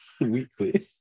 weekly